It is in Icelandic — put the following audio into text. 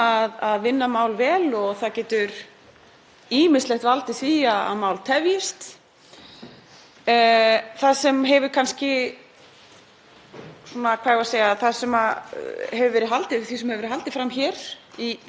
það sem hefur verið haldið fram hér í þingsal í dag og í fjölmiðlum undanfarið af hálfu hæstv. ráðherra eitthvað sem ég tel ekki líðandi og það er að þinginu